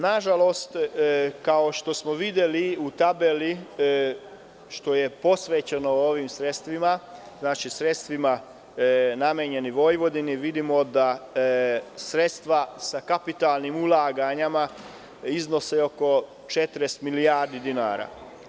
Nažalost, kao što smo videli u tabeli, što je posvećena ovim sredstvima namenjenim Vojvodini, vidimo da sredstva sa kapitalnim ulaganjima iznose oko 40 milijardi dinara.